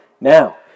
now